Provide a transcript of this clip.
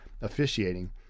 officiating